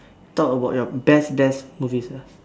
talk about your best best movies ah